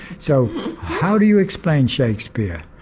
so how do you explain shakespeare,